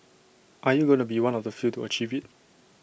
are you gonna be one of the few to achieve IT